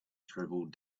shriveled